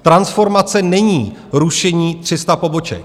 Transformace není rušení 300 poboček.